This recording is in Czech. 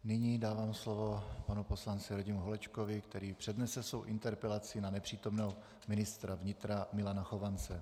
Nyní dávám slovo panu poslanci Radimu Holečkovi, který přednese svou interpelaci na nepřítomného ministra vnitra Milana Chovance.